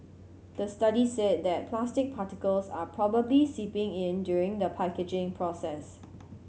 the study said that plastic particles are probably seeping in during the packaging process